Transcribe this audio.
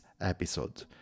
episode